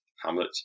Hamlet